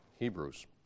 Hebrews